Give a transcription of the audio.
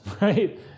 right